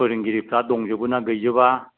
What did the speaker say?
फोरोंगिरिफ्रा दंजोबो ना गैजोबा